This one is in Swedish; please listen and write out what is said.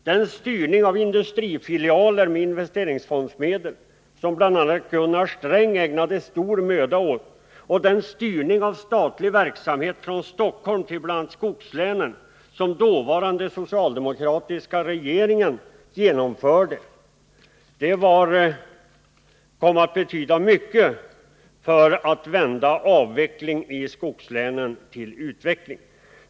Den styrning av industrifilialer med investeringsfondsmedel som bl.a. Gunnar Sträng ägnade stor möda åt och den styrning av statlig verksamhet från Stockholm till bl.a. skogslänen som den dåvarande socialdemokratiska regeringen genomförde kom att betyda mycket för att vända avveckling i skogslänen till utveckling.